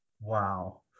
Wow